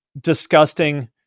disgusting